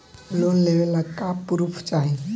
Loan लेवे ला का पुर्फ चाही?